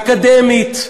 אקדמית,